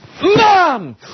Mom